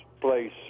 place